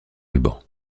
ruban